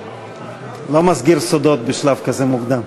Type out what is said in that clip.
לא מסגיר סודות בשלב כזה מוקדם.